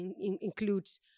includes